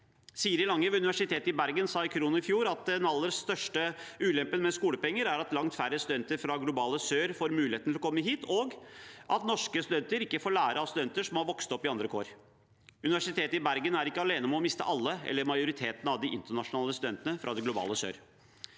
Siri Lange ved Universitetet i Bergen sa i Khrono i fjor at den aller største ulempen med skolepenger er at langt færre studenter fra det globale sør får muligheten til å komme hit, og at norske studenter ikke får lære av studenter som har vokst opp i andre kår. Universitetet i Bergen er ikke alene om å ha mistet alle eller majoriteten av de internasjonale studentene fra det globale sør.